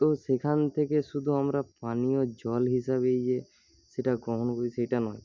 তো সেখান থেকে শুধু আমরা পানীয় জল হিসেবেই যে সেটা গ্রহণ করি সেটা নয়